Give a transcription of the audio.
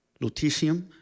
lutetium